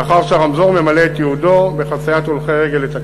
מאחר שהרמזור ממלא את ייעודו בחציית הולכי רגל את הכביש.